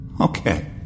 Okay